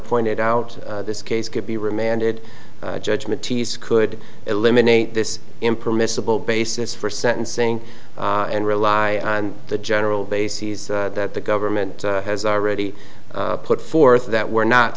pointed out this case could be remanded judgment tease could eliminate this impermissible basis for sentencing and rely on the general bases that the government has already put forth that we're not